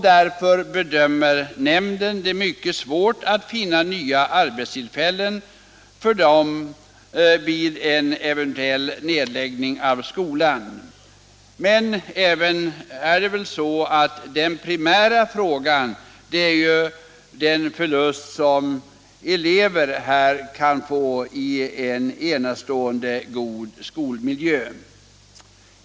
Därför bedömer nämnden det som mycket svårt att finna nya arbetstillfällen för dem vid en eventuell nedläggning av skolan. Men det primära i frågan är förlusten av en enastående god skolmiljö för eleverna.